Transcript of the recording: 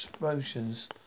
emotions